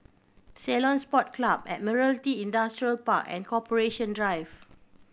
Ceylon Sports Club Admiralty Industrial Park and Corporation Drive